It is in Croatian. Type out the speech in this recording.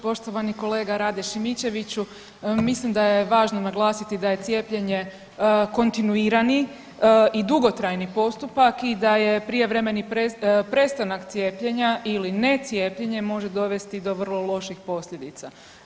Poštovani kolega Rade Šimičeviću, mislim da je važno naglasiti da je cijepljenje kontinuirani i dugotrajni postupak i da je prijevremeni prestanak cijepljenja ili necijepljenje može dovesti do vrlo loših posljedica.